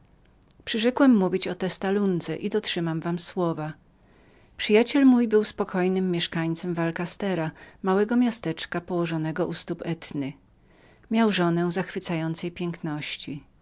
przyrzekłem mówić o testa lundze i dotrzymam wam słowa przyjaciel mój był spokojnym mieszkańcem val castera małego miasteczka położonego u stóp etny miał żonę zachwycającej piękności